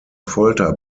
folter